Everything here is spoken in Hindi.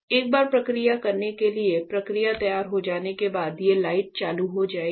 एक बार प्रक्रिया करने के लिए प्रक्रिया तैयार हो जाने के बाद ये लाइटें चालू हो जाएंगी